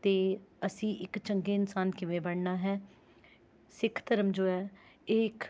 ਅਤੇ ਅਸੀਂ ਇੱਕ ਚੰਗੇ ਇਨਸਾਨ ਕਿਵੇਂ ਬਣਨਾ ਹੈ ਸਿੱਖ ਧਰਮ ਜੋ ਹੈ ਇਹ ਇੱਕ